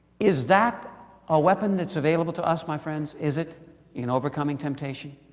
is that a weapon that's available to us, my friends? is it in overcoming temptation?